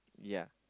ya